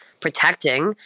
protecting